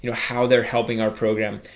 you know how they're helping our program,